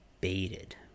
Baited